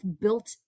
built